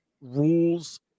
rules